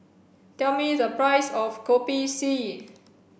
tell me the price of Kopi C